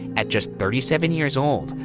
at just thirty seven years old,